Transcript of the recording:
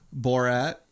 Borat